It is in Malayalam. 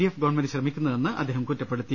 എഫ് ഗവൺമെന്റ് ശ്രമിക്കുന്നതെന്നും അദ്ദേഹം കുറ്റപ്പെടുത്തി